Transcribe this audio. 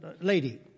lady